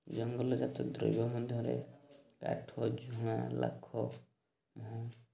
ଜଙ୍ଗଲ ଜାତୀୟ ଦ୍ରବ୍ୟ ମଧ୍ୟରେ କାଠ ଝୁଣା ଲାଖ